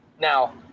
Now